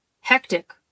hectic